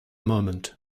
moment